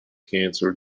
cancer